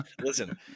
Listen